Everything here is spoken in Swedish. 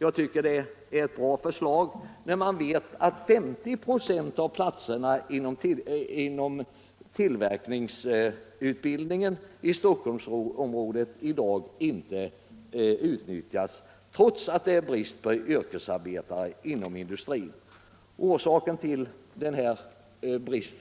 Jag tycker att det är ett bra förslag, när man vet att 50 96 av platserna inom tillverkningsutbildningen i Stockholmsområdet i dag inte utnyttjas, trots att det är brist på yrkesarbetare inom industrin. Orsaken till denna brist